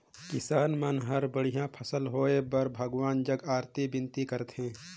किसान मन हर बड़िया फसल होए बर भगवान जग अरती बिनती करथे